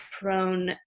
prone